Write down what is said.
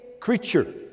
creature